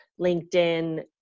LinkedIn